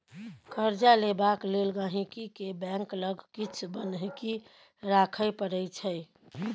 कर्जा लेबाक लेल गांहिकी केँ बैंक लग किछ बन्हकी राखय परै छै